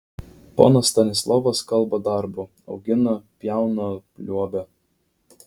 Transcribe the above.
ponas stanislovas kalba darbu augina pjauna liuobia